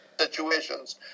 situations